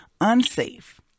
unsafe